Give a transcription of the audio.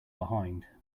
behind